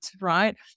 right